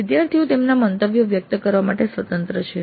વિદ્યાર્થીઓ તેમના મંતવ્યો વ્યક્ત કરવા માટે સ્વતંત્ર છે